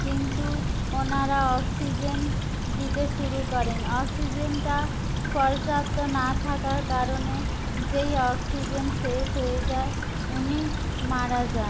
কিন্তু ওনারা অক্সিজেন দিতে শুরু করেন অক্সিজেনটা পর্যাপ্ত না থাকার কারণে যেই অক্সিজেন শেষ হয়ে যায় উনি মারা যান